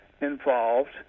involved